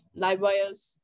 Livewire's